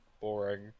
boring